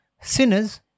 sinners